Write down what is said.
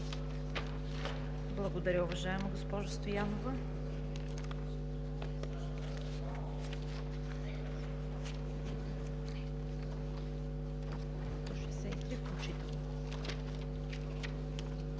Благодаря, уважаема госпожо Стоянова.